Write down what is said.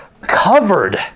covered